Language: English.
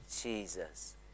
Jesus